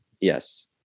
Yes